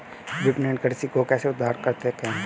विपणन कृषि को कैसे सुधार सकते हैं?